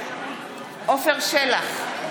חברות וחברי הכנסת,